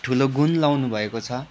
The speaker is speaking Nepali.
ठुलो गुण लगाउनुभएको छ